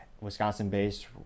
Wisconsin-based